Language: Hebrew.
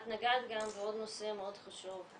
את נגעת גם בעוד נושא מאוד חשוב,